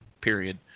period